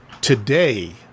today